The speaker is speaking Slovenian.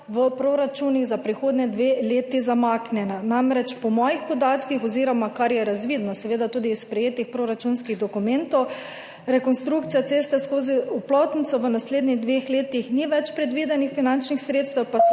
v proračunih za prihodnji dve leti zamaknjena. Namreč, po mojih podatkih oziroma kar je razvidno seveda tudi iz sprejetih proračunskih dokumentov, za rekonstrukcijo ceste skozi Oplotnico v naslednjih dveh letih ni več predvidenih finančnih sredstev,